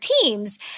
teams